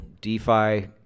DeFi